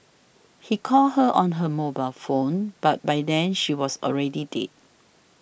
he called her on her mobile phone but by then she was already dead